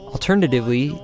Alternatively